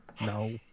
No